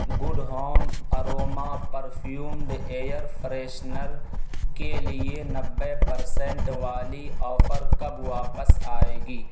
good Home aroma perfumed air freshener کے لیے نبے پرسنٹ والی آفر کب واپس آئے گی